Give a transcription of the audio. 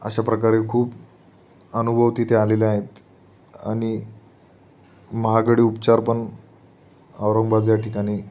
अशा प्रकारचे खूप अनुभव तिथे आलेले आहेत आणि महागडे उपचारपण औरंगाबाद या ठिकाणी